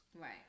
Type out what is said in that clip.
Right